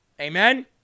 Amen